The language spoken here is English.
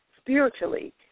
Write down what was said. spiritually